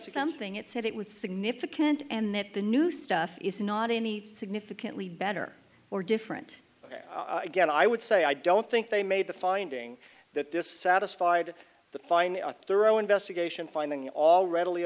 something it said it was significant and that the new stuff is not any significantly better or different i guess i would say i don't think they made the finding that this satisfied the fine a thorough investigation finding all readily